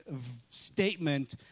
statement